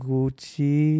Gucci